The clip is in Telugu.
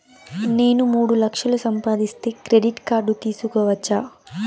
నేను మూడు లక్షలు సంపాదిస్తే క్రెడిట్ కార్డు తీసుకోవచ్చా?